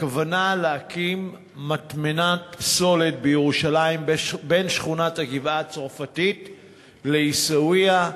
הכוונה להקים מטמנת פסולת בירושלים בין הגבעה-הצרפתית לעיסאוויה,